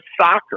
soccer